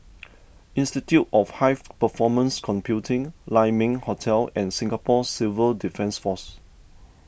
Institute of High Performance Computing Lai Ming Hotel and Singapore Civil Defence force